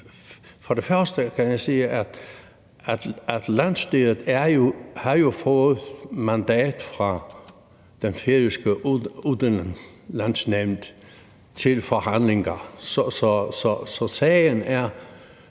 og fremmest kan jeg sige, at landsstyret jo har fået mandat fra det færøske udenrigsnævn til forhandlinger, så sagen er